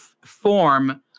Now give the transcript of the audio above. form